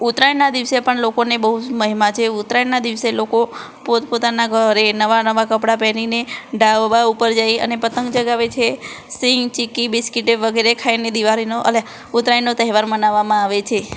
ઉત્તરાયણના દિવસે પણ લોકોને બહુ જ મહિમા છે ઉત્તરાયણના દિવસે લોકો પોત પોતાનાં ઘરે નવાં નવાં કપડાં પહેરીને ધાબા ઉપર જઈ અને પતંગ ચગાવે છે સિંગ ચીકી બિસ્કિટ એ વગેરે ખાઈને દિવાળીનો અલ્યા ઉત્તરાયણનો તહેવાર મનાવવામાં આવે છે